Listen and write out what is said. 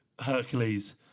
Hercules